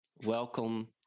welcome